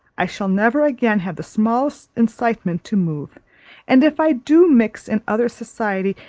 i shall never again have the smallest incitement to move and if i do mix in other society,